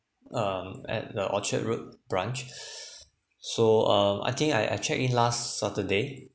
um at the orchard road branch so um I think I I check in last saturday